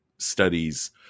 studies